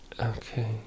Okay